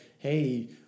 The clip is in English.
Hey